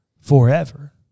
forever